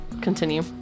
continue